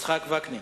יצחק וקנין.